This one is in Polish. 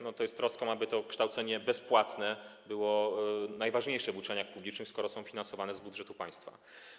Troską jest, aby kształcenie bezpłatne było najważniejsze w uczelniach publicznych, skoro są finansowane z budżetu państwa.